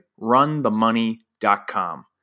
RunTheMoney.com